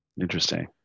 interesting